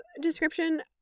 description